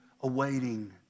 awaiting